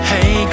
Hey